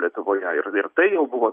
lietuvoje ir ir tai jau buvo